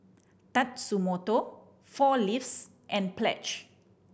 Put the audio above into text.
Tatsumoto Four Leaves and Pledge